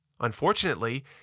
Unfortunately